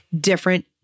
different